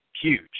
huge